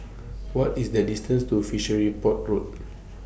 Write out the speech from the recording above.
What IS The distance to Fishery Port Road